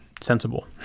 sensible